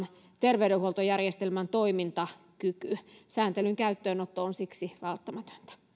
terveydenhuoltojärjestelmän toimintakyky sääntelyn käyttöönotto on siksi välttämätöntä